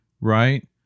Right